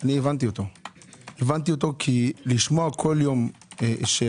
אני הבנתי אותו כי לשמוע כל יום אחד